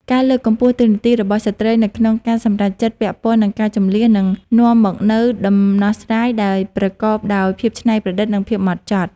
ការលើកកម្ពស់តួនាទីរបស់ស្ត្រីនៅក្នុងការសម្រេចចិត្តពាក់ព័ន្ធនឹងការជម្លៀសនឹងនាំមកនូវដំណោះស្រាយដែលប្រកបដោយភាពច្នៃប្រឌិត និងភាពហ្មត់ចត់។